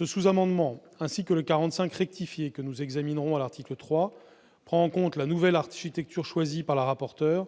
le sous-amendement n° 45 rectifié que nous examinerons à l'article 3, prend en compte la nouvelle architecture choisie par la rapporteur